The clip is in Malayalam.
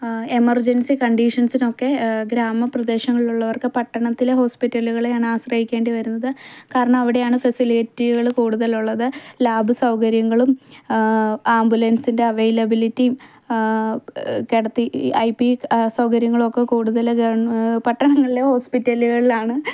എമര്ജന്സി കണ്ടീഷന്സിനൊക്കെ ഗ്രാമപ്രദേശങ്ങളിൽ ഉള്ളവര്ക്ക് പട്ടണത്തിലെ ഹോസ്പിറ്റലുകളെ ആണ് ആശ്രയിക്കേണ്ടി വരുന്നത് കാരണം അവിടെയാണ് ഫെസിലിറ്റികൾ കൂടുതൽ ഉള്ളത് ലാബ് സൗകര്യങ്ങളും ആംബുലന്സിന്റെ അവൈലബിളിറ്റിയും കിടത്തി ഐ പി ക് സൗകര്യങ്ങളും ഒക്കെ കൂടുതൽ ഗവണ് പട്ടണങ്ങളിലെ ഹോസ്പ്പിറ്റലുകളിൽ ആണ്